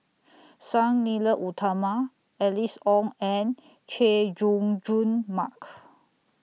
Sang Nila Utama Alice Ong and Chay Jung Jun Mark